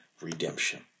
redemption